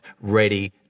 ready